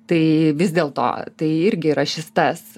tai vis dėl to tai irgi yra šis tas